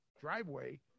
driveway